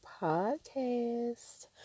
Podcast